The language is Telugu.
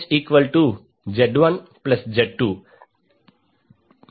48 j2